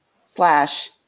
slash